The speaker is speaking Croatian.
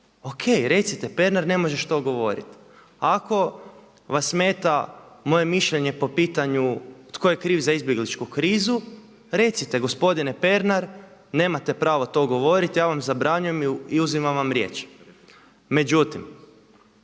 o.k., recite Pernar ne možeš to govoriti. Ako vas smeta mojemišljenje po pitanju tko je kriv za izbjegličku krizu, recite to gospodine Pernar nemate pravo to govoriti, ja vam zabranjujem i uzimam vam riječ. Međutim,